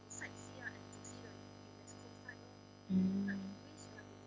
mm